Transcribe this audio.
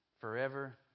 forever